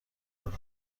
دارم